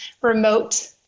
remote